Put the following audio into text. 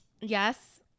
Yes